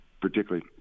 particularly